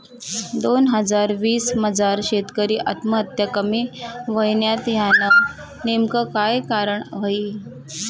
दोन हजार वीस मजार शेतकरी आत्महत्या कमी व्हयन्यात, यानं नेमकं काय कारण व्हयी?